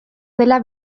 dela